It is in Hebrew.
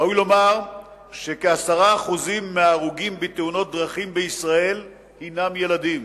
ראוי לומר שכ-10% מההרוגים בתאונות דרכים בישראל הם ילדים.